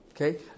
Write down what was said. Okay